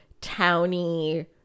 Towny